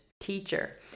teacher